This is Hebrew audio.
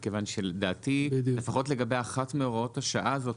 מכיוון שלדעתי לפחות לגבי אחת מהוראות השעה זאת